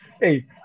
Hey